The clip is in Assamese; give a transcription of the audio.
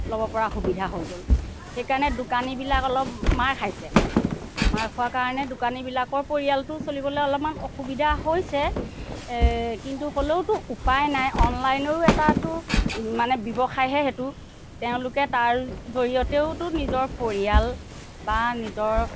ল'ব পৰা সুবিধা হৈ গ'ল সেইকাৰণে দোকানীবিলাক অলপ মাৰ খাইছে মাৰ খোৱা কাৰণে দোকানীবিলাকৰ পৰিয়ালটোও চলিবলৈ অলপমান অসুবিধা হৈছে কিন্তু হ'লেওতো উপায় নাই অনলাইনৰো এটাতো মানে ব্যৱসায়হে সেইটো তেওঁলোকে তাৰ জৰিয়তেওতো নিজৰ পৰিয়াল বা নিজৰ